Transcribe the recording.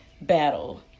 Battle